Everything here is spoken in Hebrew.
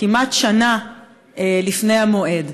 כמעט שנה לפני המועד.